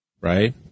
right